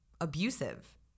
abusive